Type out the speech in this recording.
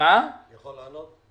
יכול לענות?